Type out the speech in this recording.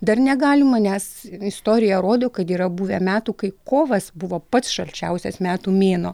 dar negalima nes istorija rodo kad yra buvę metų kai kovas buvo pats šalčiausias metų mėnuo